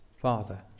Father